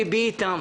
ליבי איתם,